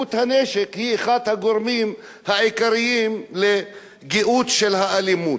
נוכחות הנשק היא אחד הגורמים העיקריים לגאות של האלימות.